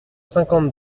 cinquante